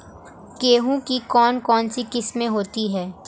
गेहूँ की कौन कौनसी किस्में होती है?